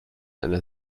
einer